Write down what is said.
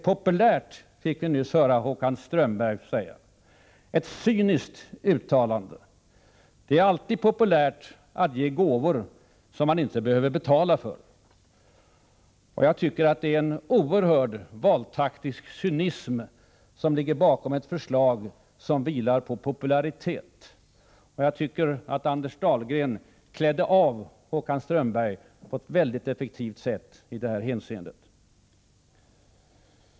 Vi fick nyss höra Håkan Strömberg säga att det är populärt att göra så. Det var ett cyniskt uttalande. Det är alltid populärt att ge gåvor som man inte behöver betala för. Jag tycker att det är en oerhörd valtaktisk cynism som ligger bakom ett förslag som vilar på popularitet. Jag tycker att Anders Dahlgren klädde av Håkan Strömberg på ett mycket effektivt sätt i detta hänseende.